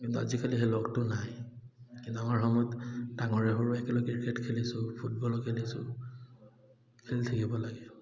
কিন্তু আজিকালি সেই লগটো নাই কিন্তু আমাৰ সময়ত ডাঙৰে সৰুৱে একেলগে ক্ৰিকেট খেলিছোঁ ফুটবলো খেলিছোঁ খেলি থাকিব লাগে